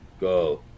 Go